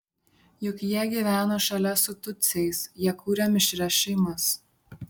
juk jie gyveno šalia su tutsiais jie kūrė mišrias šeimas